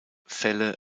fälle